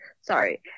sorry